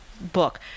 book